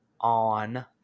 on